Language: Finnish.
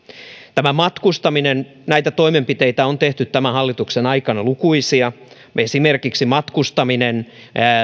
tämä matkustaminen näitä toimenpiteitä on tehty tämän hallituksen aikana lukuisia esimerkiksi matkustaminen